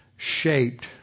Shaped